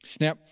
Now